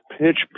pitch